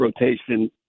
rotation